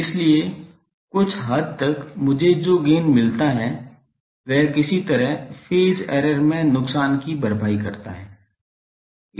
इसलिए कुछ हद तक मुझे जो गेन मिलता है वह किसी तरह फेज एरर में नुकसान की भरपाई करता है